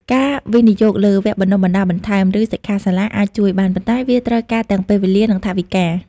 ការវិនិយោគលើវគ្គបណ្តុះបណ្តាលបន្ថែម ឬសិក្ខាសាលាអាចជួយបាន ប៉ុន្តែវាត្រូវការទាំងពេលវេលា និងថវិកា។